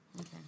Okay